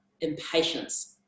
impatience